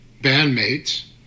bandmates